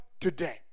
today